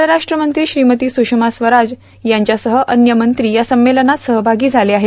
परराष्ट्रमंत्री श्रीमती सुषमा स्वराज यांच्यासह अन्य मंत्री या संमेलनात सहभागी झाले आहेत